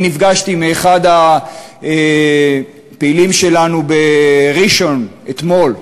אני נפגשתי עם אחד הפעילים שלנו בראשון-לציון אתמול,